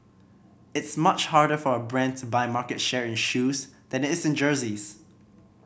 it's much harder for a brand to buy market share in shoes than it is in jerseys